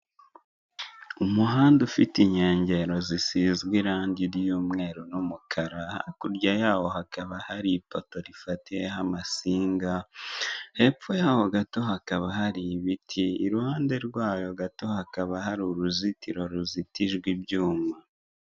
U Rwanda rushyize imbaraga mu gukora amajaride no gutunganya umwuka abanyarwanda bahumeka niyo mpamvu hari ubusitani ahantu henshi.